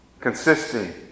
consisting